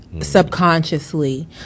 subconsciously